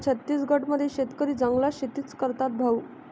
छत्तीसगड मध्ये शेतकरी जंगलात शेतीच करतात भाऊ